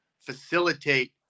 facilitate